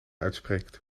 uitspreekt